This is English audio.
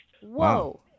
Whoa